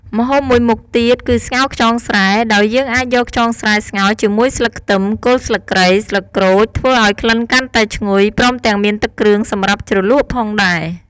ម្ហូបមួយមុខទៀតគឺស្ងោរខ្យងស្រែ ដោយយើងអាចយកខ្យងស្រែស្ងោរជាមួយស្លឹកខ្ទឹម គល់ស្លឹកគ្រៃ ស្លឹកក្រូច ធ្វើឱ្យក្លិនកាន់តែឈ្ងុយ ព្រមទាំងមានទឹកគ្រឿងសម្រាប់ជ្រលក់ផងដែរ។